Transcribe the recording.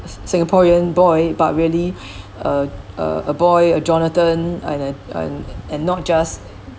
singaporean boy but really uh uh a boy uh jonathan and and and not just